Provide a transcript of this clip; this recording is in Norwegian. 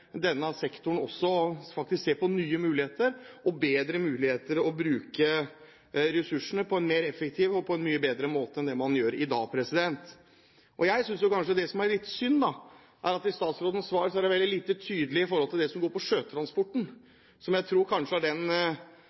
denne sektoren, og faktisk også om å se på nye muligheter til å bruke ressursene på en mer effektiv og mye bedre måte enn man gjør i dag. Jeg synes det er litt synd at statsrådens svar til komiteen er veldig lite tydelig i forhold til det som går på sjøtransporten, som jeg kanskje tror er en del innenfor transportsektoren vi ofte glemmer – som ofte detter ned, og som sjelden når opp i den